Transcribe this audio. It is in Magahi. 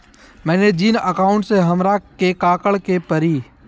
मैंने जिन अकाउंट में हमरा के काकड़ के परी?